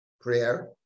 prayer